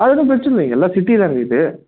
அது ஒன்னும் பிரச்சின இல்லைங்க எல்லா சிட்டி தானுங்க இது